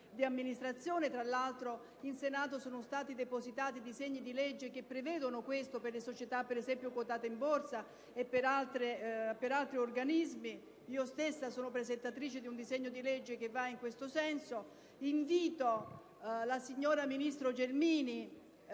di amministrazione. Tra l'altro, in Senato sono stati depositati altri disegni di legge che prevedono questo, ad esempio per le società quotate in borsa e per altri organismi. Io stessa sono presentatrice di un disegno di legge che va in questo senso. Invito la signora ministro Gelmini,